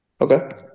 Okay